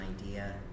idea